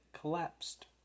collapsed